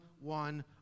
one